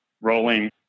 rolling